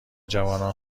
جوانان